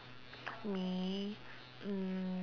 me mm